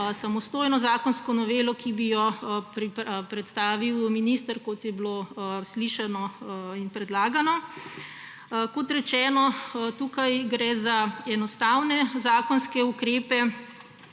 samostojno zakonsko novelo, ki bi jo predstavil minister, kot je bilo slišano in predlagano. Kot rečeno, tukaj gre za enostavne zakonske ukrepe,